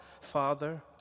Father